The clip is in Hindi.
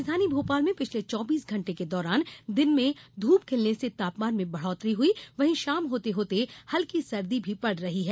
राजधानी भोपाल में पिछले चौबीस घंटे के दौरान दिन में धूप खिलने से तापमान में बढ़ोत्तरी हुई वहीं शाम होते होते हल्की सर्दी भी पड़ रही है